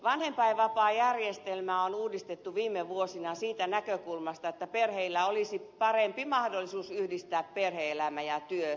vanhempainvapaajärjestelmää on uudistettu viime vuosina siitä näkökulmasta että perheillä olisi parempi mahdollisuus yhdistää perhe elämä ja työ